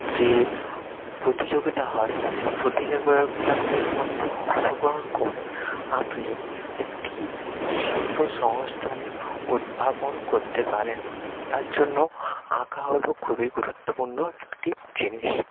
যে প্রতিযোগিতা হয় সেই প্রতিযোগীরা তাগুলির মধ্যে অংশগ্রহণ করে আপনি একটি শিল্প সংস্থানের উদ্ভাবন করতে পারেন তারজন্য আঁকা হল খুবই গুরুত্বপূর্ণ একটি জিনিস